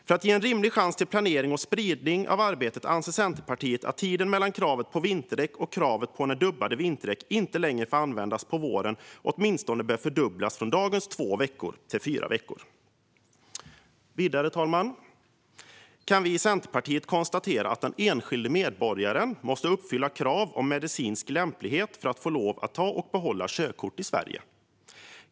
För att ge rimlig chans till planering och spridning av arbetet anser Centerpartiet att tiden mellan kravet på att ha vinterdäck och när dubbade vinterdäck inte längre får användas åtminstone bör fördubblas från dagens två veckor till fyra veckor på våren. Fru talman! Vidare kan vi i Centerpartiet konstatera att den enskilde medborgaren måste uppfylla krav på medicinsk lämplighet för att få lov att ta och behålla körkort i Sverige.